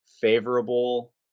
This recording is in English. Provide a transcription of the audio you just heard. favorable